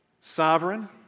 sovereign